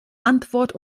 antwort